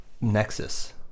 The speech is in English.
nexus